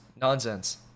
nonsense